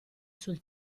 sul